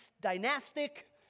dynastic